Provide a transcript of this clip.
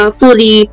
fully